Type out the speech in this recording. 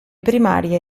primarie